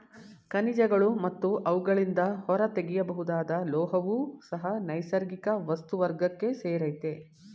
ಖನಿಜಗಳು ಮತ್ತು ಅವುಗಳಿಂದ ಹೊರತೆಗೆಯಬಹುದಾದ ಲೋಹವೂ ಸಹ ನೈಸರ್ಗಿಕ ವಸ್ತು ವರ್ಗಕ್ಕೆ ಸೇರಯ್ತೆ